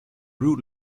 rude